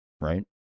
right